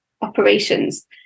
operations